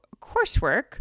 coursework